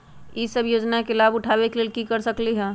हम सब ई योजना के लाभ उठावे के लेल की कर सकलि ह?